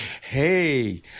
hey